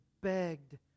begged